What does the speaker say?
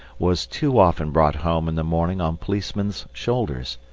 was too often brought home in the morning on policemen's shoulders.